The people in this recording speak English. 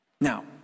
Now